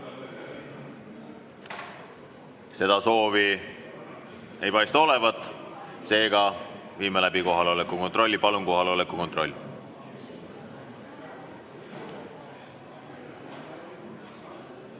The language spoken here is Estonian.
Seda soovi ei paista olevat, seega viime läbi kohaloleku kontrolli. Palun kohaloleku kontroll!